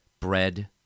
bread